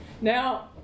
Now